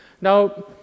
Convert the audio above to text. Now